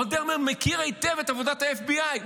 רון דרמר מכיר היטב את עבודת ה-FBI,